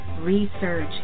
Research